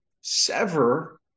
Sever